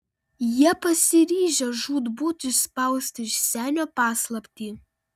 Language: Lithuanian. jie pasiryžę žūtbūt išspausti iš senio paslaptį